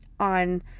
On